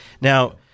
now